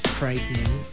frightening